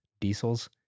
diesels